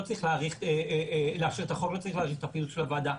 לא צריך להאריך את הפעילות של הוועדה,